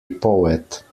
poet